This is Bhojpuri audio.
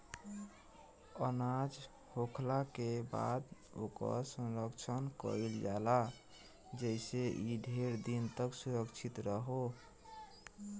अनाज होखला के बाद ओकर संरक्षण कईल जाला जेइसे इ ढेर दिन तक सुरक्षित रहो